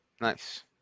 Nice